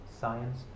science